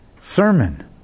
sermon